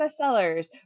Bestsellers